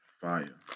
fire